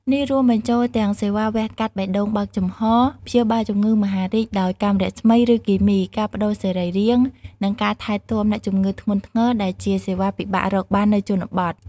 នេះរួមបញ្ចូលទាំងសេវាវះកាត់បេះដូងបើកចំហ ព្យាបាលជំងឺមហារីកដោយកាំរស្មី ឬគីមី ការប្តូរសរីរាង្គ និងការថែទាំអ្នកជំងឺធ្ងន់ធ្ងរ ដែលជាសេវាពិបាករកបាននៅជនបទ។